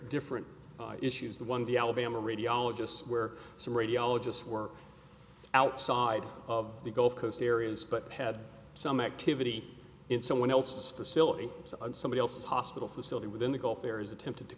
different issues the one the alabama radiologists where some radiologists work outside of the gulf coast areas but had some activity in someone else's facility and somebody else hospital facility within the gulf areas attempted to